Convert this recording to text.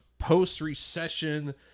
post-recession